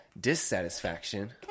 dissatisfaction